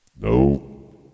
No